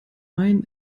main